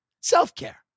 Self-care